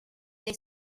they